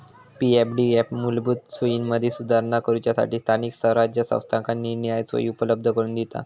पी.एफडीएफ मूलभूत सोयींमदी सुधारणा करूच्यासठी स्थानिक स्वराज्य संस्थांका निरनिराळे सोयी उपलब्ध करून दिता